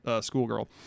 schoolgirl